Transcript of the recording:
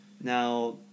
Now